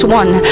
one